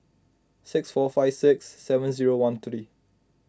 six four five six seven zero one three